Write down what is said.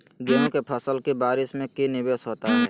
गेंहू के फ़सल के बारिस में की निवेस होता है?